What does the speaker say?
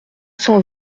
cent